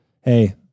hey